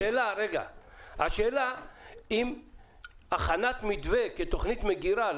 השאלה היא לגבי הכנת מתווה כתוכנית מגרה.